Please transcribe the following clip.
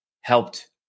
helped